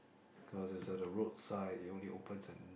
because it's at the roadside it only opens in